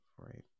right